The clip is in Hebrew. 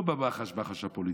לא ברחש-בחש הפוליטי,